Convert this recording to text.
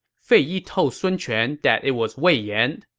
fei yi told sun quan that it was wei yan,